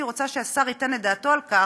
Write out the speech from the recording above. אבל אני באמת הייתי רוצה שהשר ייתן את דעתו על כך.